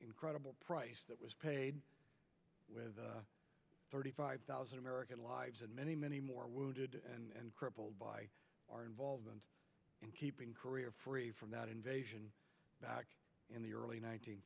incredible price that was paid with thirty five thousand american lives and many many more wounded and crippled by our involvement in keeping career free from that invasion back in the early